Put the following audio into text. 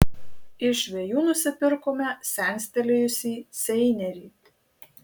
iš žvejų nusipirkome senstelėjusį seinerį